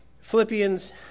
Philippians